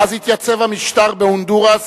מאז התייצב המשטר בהונדורס,